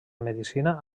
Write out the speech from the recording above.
medicina